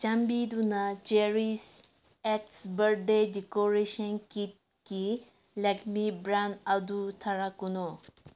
ꯆꯥꯟꯕꯤꯗꯨꯅ ꯆꯦꯔꯤꯁ ꯑꯦꯛꯁ ꯕꯥꯔꯠꯗꯦ ꯗꯤꯀꯣꯔꯦꯁꯟ ꯀꯤꯠꯀꯤ ꯂꯦꯛꯃꯤ ꯕ꯭ꯔꯥꯟ ꯑꯗꯨ ꯊꯥꯔꯛꯀꯅꯨ